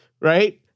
Right